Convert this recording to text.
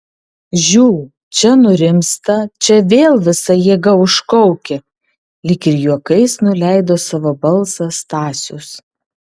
žiū čia nurimsta čia vėl visa jėga užkaukia lyg ir juokais nuleido savo balsą stasius